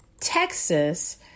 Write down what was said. Texas